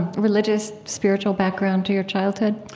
religious spiritual background to your childhood?